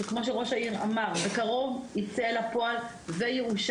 שכמו שראש העיר אמר בקרוב ייצא אל הפועל ויאושר,